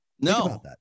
No